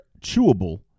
chewable